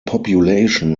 population